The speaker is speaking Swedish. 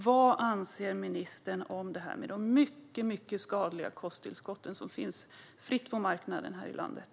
Vad anser ministern om de mycket skadliga kosttillskott som säljs fritt på marknaden här i landet?